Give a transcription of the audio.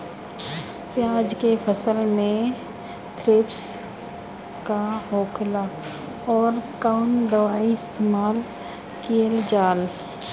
प्याज के फसल में थ्रिप्स का होखेला और कउन दवाई इस्तेमाल कईल जाला?